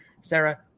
Sarah